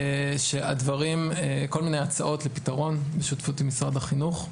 כל מיני הצעות לפתרון ושותפות עם משרד החינוך,